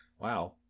Wow